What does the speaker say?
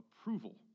approval